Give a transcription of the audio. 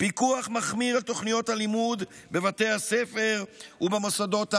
פיקוח מחמיר על תוכניות הלימוד בבתי הספר ובמוסדות האקדמיים,